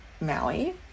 maui